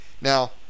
now